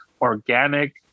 organic